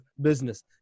business